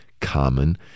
common